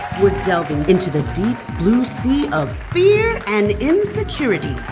we're delving into the deep, blue sea of fear and insecurity.